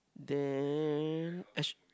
then actually